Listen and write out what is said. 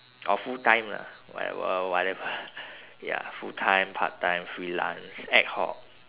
or full time lah whatever whatever ya full time part time freelance ad hoc